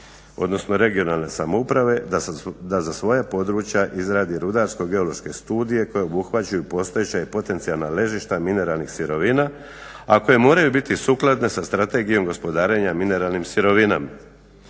područne (regionalne) samouprave da za svoja područja izradi rudarsko-geološke studije koje obuhvaćaju postojeća i potencijalna ležišta mineralnih sirovina, a koje moraju biti sukladne sa Strategijom gospodarenja mineralnim sirovinama.